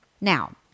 Now